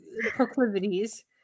proclivities